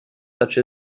such